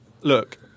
Look